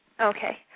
Okay